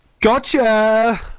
Gotcha